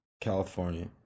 California